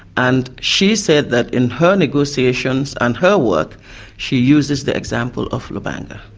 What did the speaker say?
and she said that in her negotiations and her work she uses the example of lubanga.